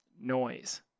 Noise